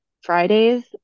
fridays